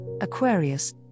Aquarius